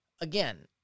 Again